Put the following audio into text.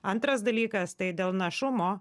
antras dalykas tai dėl našumo